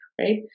right